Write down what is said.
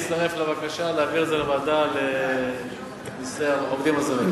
להצטרף לבקשה להעביר את זה לוועדה לנושא העובדים הזרים.